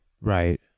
right